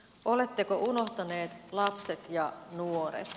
oletteko unohtaneet lapset ja nuoret